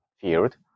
field